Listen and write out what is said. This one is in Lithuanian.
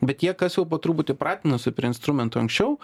bet tie kas jau po truputį pratinosi prie instrumentų anksčiau